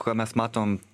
ką mes matom